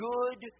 Good